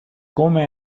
come